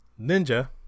Ninja